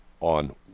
on